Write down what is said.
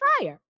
fire